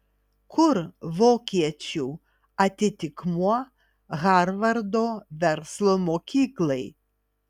kur vokiečių atitikmuo harvardo verslo mokyklai